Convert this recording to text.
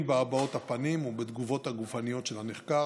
בהבעות הפנים ובתגובות הגופניות של הנחקר,